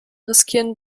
riskieren